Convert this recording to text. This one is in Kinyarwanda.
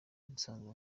nsanzwe